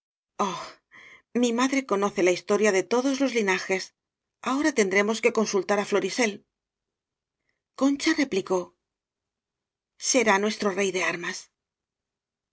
mi madre conoce la historia de to dos los linajes ahora tendremos que consul tar á florisel concha replicó será nuestro rey de armas